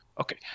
Okay